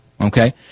okay